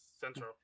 central